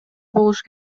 болушу